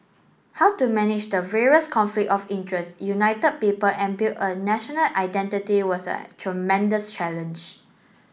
how to manage the various conflict of interest united people and build a national identity was a tremendous challenge